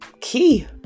key